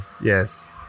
Yes